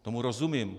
Tomu rozumím.